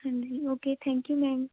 ਹਾਂਜੀ okay thank you ma'am